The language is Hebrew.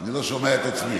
אני לא שומע את עצמי.